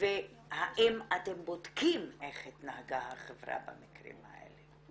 והאם אתם בודקים איך התנהגה החברה במקרים האלה.